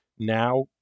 now